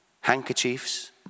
handkerchiefs